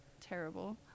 terrible